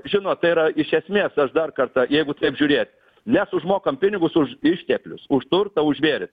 žinot tai yra iš esmės aš dar kartą jeigu taip žiūrėt mes užmokam pinigus už išteklius už turtą už žvėris